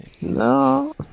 No